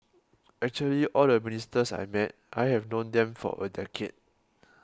actually all the ministers I met I have known them for a decade